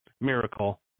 Miracle